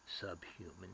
subhuman